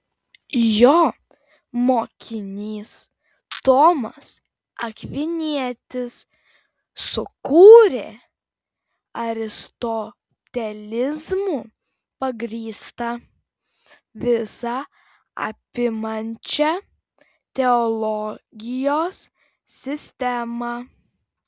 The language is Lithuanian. jo mokinys tomas akvinietis sukūrė aristotelizmu pagrįstą visa apimančią teologijos sistemą